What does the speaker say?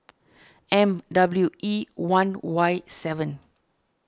M W E one Y seven